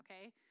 okay